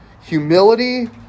humility